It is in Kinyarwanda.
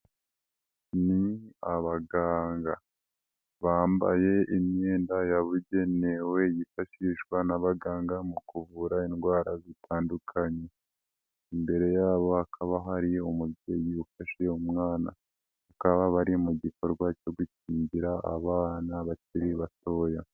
Ni abaganga bambaye imyenda yabugenewe yifashishwa n'abaganga mu kuvura indwara zitandukanye. Imbere yabo hakaba hariyo umubyeyi ufashe umwana. Bakaba bari mu gikorwa cyo gukingira abana bakiri batoya.